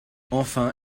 enfin